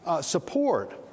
Support